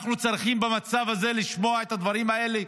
אנחנו צריכים במצב הזה לשמוע את הדברים האלה,